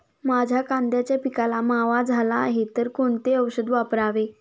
माझ्या कांद्याच्या पिकाला मावा झाला आहे तर कोणते औषध वापरावे?